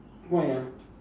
why ah